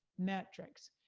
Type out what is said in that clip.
metrics.